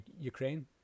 Ukraine